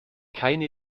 keine